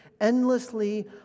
endlessly